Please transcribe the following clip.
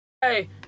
Hey